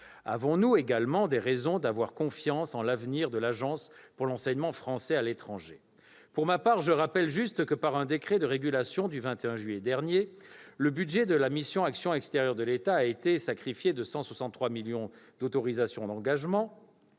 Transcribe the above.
Avons-nous également des raisons d'avoir confiance en l'avenir de l'Agence pour l'enseignement français à l'étranger, l'AEFE ? Pour ma part, je rappellerai simplement que, par un décret de régulation du 21 juillet dernier, le budget de la mission « Action extérieure de l'État » a été amputé de 163 millions d'euros en autorisations d'engagement,